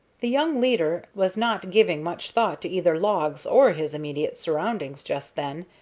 the young leader was not giving much thought to either logs or his immediate surroundings just then,